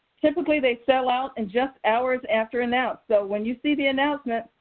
typically, they sell out in just hours after announced. so when you see the announcement,